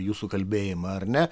jūsų kalbėjimą ar ne